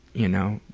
you know,